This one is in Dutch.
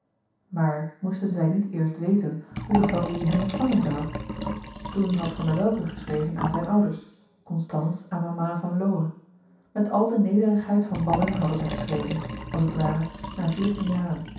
maar moesten zij niet eerst weten hoe de louis couperus de boeken der kleine zielen familie hen ontvangen zoû toen had van der welcke geschreven aan zijne ouders constance aan mama van lowe met al de nederigheid van ballingen hadden zij geschreven als het ware na veertien jaren